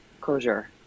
closure